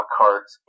cards